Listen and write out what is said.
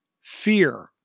fear